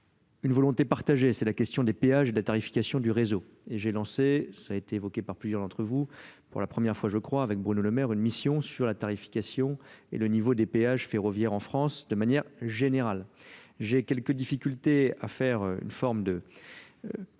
Une volonté partagée, c'est la question des péages et de la tarification du réseau et j'ai lancé cela a été évoqué par plusieurs d'entre vous pour la 1ʳᵉ fois. Je crois, avec Bruno Le Maire, une mission sur la tarification et le niveau des péages ferroviaires en France. De manière générale, j'ai quelques difficultés à faire une forme de